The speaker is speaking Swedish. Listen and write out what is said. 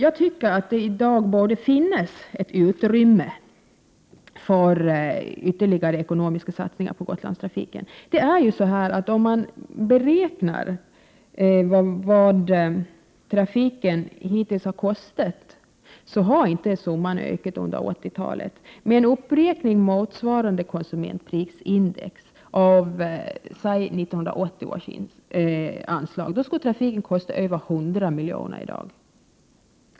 Det borde i dag finnas ett utrymme för ytterligare ekonomiska satsningar på Gotlandstrafiken. Om man beräknar vad trafiken hittills har kostat visar det sig att summan inte har ökat under 80-talet. Med en uppräkning motsvarande konsumentprisindex av 1980 års anslag skulle trafiken kosta över 100 miljoner i dag.